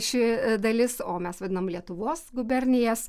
ši dalis o mes vadinam lietuvos gubernijas